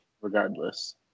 regardless